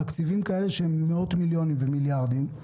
בתקציבים כאלה, שהם מאות מיליונים ומיליארדים,